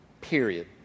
period